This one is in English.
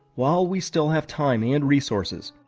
while we still have time and resources,